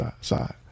side